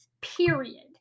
period